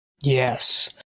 Yes